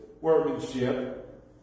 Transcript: workmanship